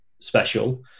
special